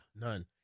None